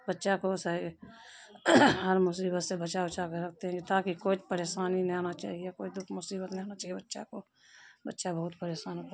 بچہ کو صحیح ہر مصیبت سے بچا وچا کے رکھتے ہیں تاکہ کوئی پریشانی نہ آنا چاہیے کوئی دکھ مصیبت نہیں آنا چاہیے بچہ کو بچہ بہت پریشان کر